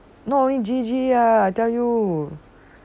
not only G_G uh I tell you